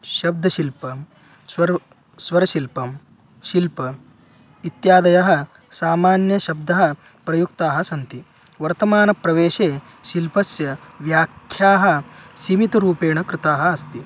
शब्दशिल्पः स्वः स्वरशिल्पः शिल्पः इत्यादयः सामान्यशब्दाः प्रयुक्ताः सन्ति वर्तमानप्रवेशे शिल्पस्य व्याख्या सीमितरूपेण कृताः अस्ति